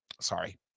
Sorry